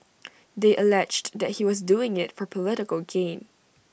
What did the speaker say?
they alleged that he was doing IT for political gain